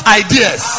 ideas